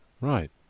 right